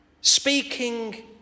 speaking